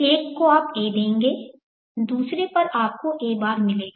एक को आप a देंगे दूसरा पर आपको a बार मिलेगा